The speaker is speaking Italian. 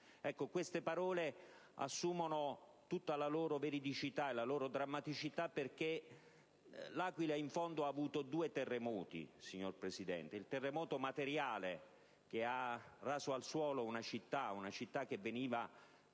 anni. Queste parole assumono tutta la loro veridicità e drammaticità perché L'Aquila in fondo ha subito due terremoti, signor Presidente: il terremoto materiale, che ha raso al suolo una città definita sino a